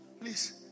please